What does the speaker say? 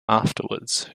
afterwards